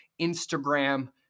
Instagram